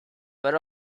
but